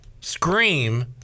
scream